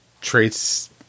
traits